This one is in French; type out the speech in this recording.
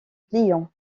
client